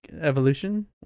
Evolution